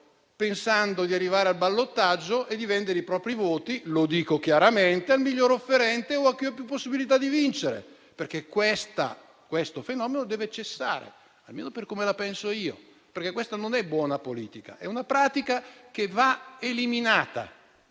pensando di arrivare al ballottaggio e di vendere i propri voti - lo dico chiaramente - al miglior offerente o a chi ha più possibilità di vincere. Questo fenomeno deve cessare, almeno per come la penso io, perché questa non è buona politica, ma è una pratica che va eliminata.